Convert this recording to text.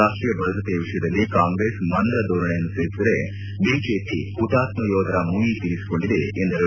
ರಾಷ್ಟೀಯ ಭದ್ರತೆಯ ವಿಷಯದಲ್ಲಿ ಕಾಂಗ್ರೆಸ್ ಮಂದ ಧೋರಣೆ ಅನುಸರಿಸಿದರೆ ಬಿಜೆಪಿ ಹುತಾತ್ನ ಯೋಧರ ಮುಯ್ಲಿ ತೀರಿಸಿಕೊಂಡಿದೆ ಎಂದರು